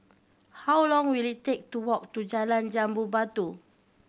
how long will it take to walk to Jalan Jambu Batu